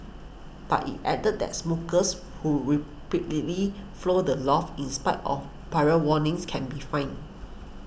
but it added that smokers who repeatedly flout the laugh in spite of prior warnings can be fined